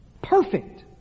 Perfect